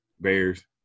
Bears